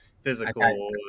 physical